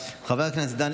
חבר הכנסת גדעון סער,